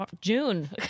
june